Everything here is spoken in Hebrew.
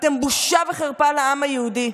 אתם בושה וחרפה לעם היהודי,